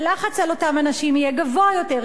הלחץ על אותם אנשים יהיה גדול יותר,